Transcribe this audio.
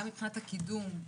גם מבחינת הקידום,